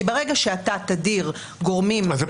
כי ברגע שאתה תדיר גורמים --- אז הם